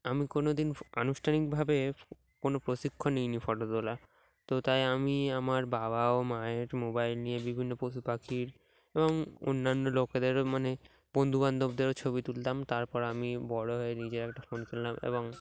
আমি কোনো দিন আনুষ্ঠানিকভাবে কোনো প্রশিক্ষণ নিইনি ফটো তোলা তো তাই আমি আমার বাবা ও মায়ের মোবাইল নিয়ে বিভিন্ন পশু পাখির এবং অন্যান্য লোকেদেরও মানে বন্ধুবান্ধবদেরও ছবি তুলতাম তারপর আমি বড়ো হয়ে নিজের একটা ফোন তুললাম এবং